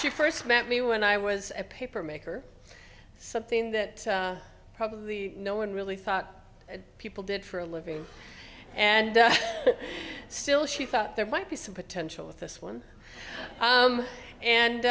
you first met me when i was a paper maker something that probably no one really thought people did for a living and still she thought there might be some potential with this one